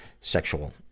sexual